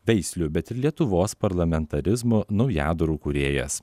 veislių bet ir lietuvos parlamentarizmo naujadarų kūrėjas